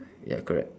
ya correct